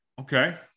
okay